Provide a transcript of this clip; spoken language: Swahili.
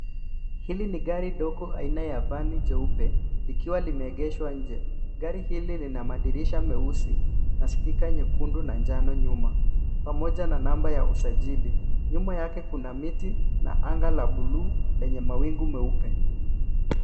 Hili ni gari dogo aina ya vani jeupe, likiwa limeegeshwa nje. Gari hili lina madirisha meusi, na stika nyekundu na njano nyuma, pamoja na namba ya usajili. Nyuma yake kuna miti na anga la buluu lenye mawingu meupe.